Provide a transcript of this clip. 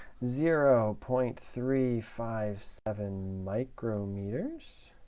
zero point three five seven micrometers